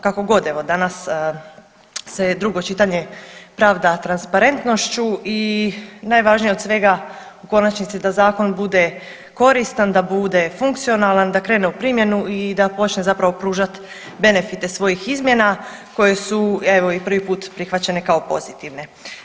Kakogod evo danas se drugo čitanje pravda transparentnošću i najvažnije od svega u konačnici da zakon bude koristan, da bude funkcionalan, da krene u primjenu i da počne pružat benefite svojih izmjena koje su evo i prvi put prihvaćene kao pozitivne.